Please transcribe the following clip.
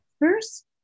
first